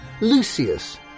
Lucius